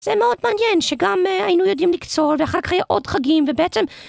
זה מאוד מעניין, שגם היינו יודעים לקצור, ואחר כך היה עוד חגים, ובעצם...